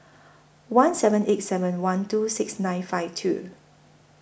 one seven eight seven one two six nine five two